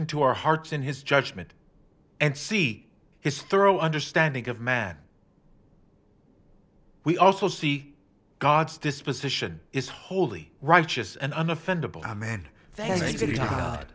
into our hearts in his judgment and see his thorough understanding of man we also see god's disposition is holy righteous and